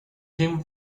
him